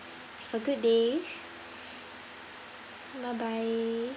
have a good day bye bye